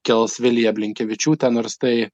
kels viliją blinkevičiūtę nors tai